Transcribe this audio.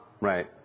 Right